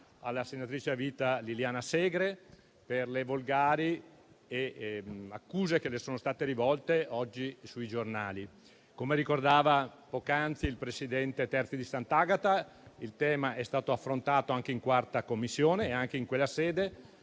alla senatrice a vita Liliana Segre per le volgari accuse che le sono state rivolte oggi sui giornali. Come ricordava poc'anzi il presidente Terzi di Sant'Agata, il tema è stato affrontato anche in 4a Commissione e anche in quella sede